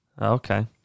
Okay